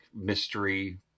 mystery